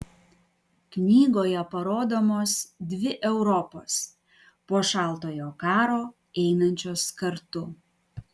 knygoje parodomos dvi europos po šaltojo karo einančios kartu